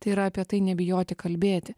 tai yra apie tai nebijoti kalbėti